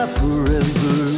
forever